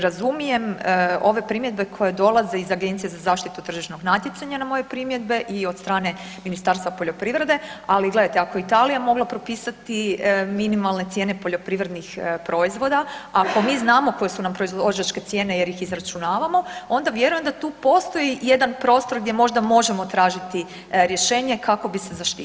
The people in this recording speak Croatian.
Razumijem ove primjedbe koje dolaze iz Agencije za zaštitu tržišnog natjecanja na moje primjedbe i od strane Ministarstva poljoprivrede, ali gledajte ako je Italija mogla propisati minimalne cijene poljoprivrednih proizvoda, ako mi znamo koje su nam proizvođačke cijene jer ih izračunavamo onda vjerujem da tu postoji jedan prostor gdje možda možemo tražiti rješenje kako bi se zaštitili.